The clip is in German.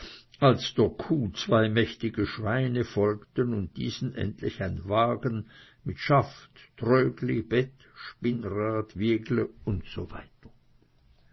als der kuh zwei mächtige schweine folgten und diesen endlich ein wagen mit schaft trögli bett spinnrad wiegle usw